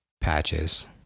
Patches